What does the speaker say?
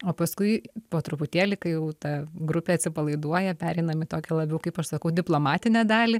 o paskui po truputėlį kai jau ta grupė atsipalaiduoja pereinam į tokią labiau kaip aš sakau diplomatinę dalį